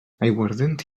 aiguardent